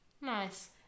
nice